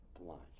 Blind